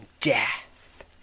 death